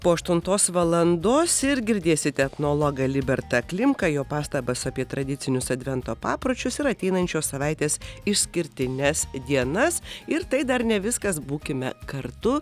po aštuntos valandos ir girdėsite etnologą libertą klimką jo pastabas apie tradicinius advento papročius ir ateinančios savaitės išskirtines dienas ir tai dar ne viskas būkime kartu